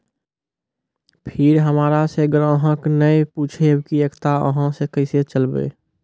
फिर हमारा से ग्राहक ने पुछेब की एकता अहाँ के केसे चलबै?